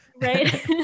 Right